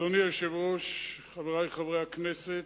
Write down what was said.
אדוני היושב-ראש, חברי חברי הכנסת,